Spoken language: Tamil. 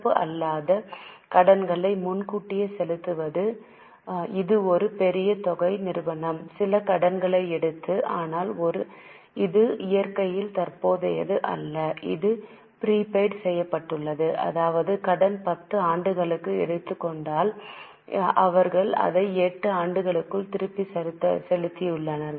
நடப்பு அல்லாத கடன்களை முன்கூட்டியே செலுத்துவது இது ஒரு பெரிய தொகை நிறுவனம் சில கடன்களை எடுத்தது ஆனால் இது இயற்கையில் தற்போதையது அல்ல அது ப்ரீபெய்ட் செய்யப்பட்டுள்ளது அதாவது கடன் 10 ஆண்டுகளுக்கு எடுத்துக் கொள்ளப்பட்டால் அவர்கள் அதை 8 ஆண்டுகளுக்குள் திருப்பிச் செலுத்தியுள்ளனர்